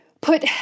put